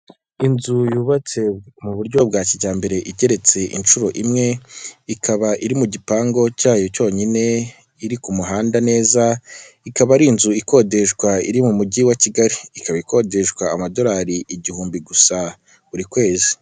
Inzu yubatse mu buryo bwa kijyambere, igereretse inshuro imwe, ikaba iri mu gipangu cyayo cyonyine, iri ku muhanda neza, ikaba ari inzu ikodeshwa iri mu Mujyi wa Kigali, ikaba ikodeshwa amadolari igihumbi gusa buri kwezi.